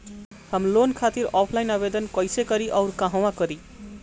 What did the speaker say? हम लोन खातिर ऑफलाइन आवेदन कइसे करि अउर कहवा करी?